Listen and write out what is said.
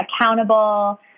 accountable